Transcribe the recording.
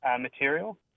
material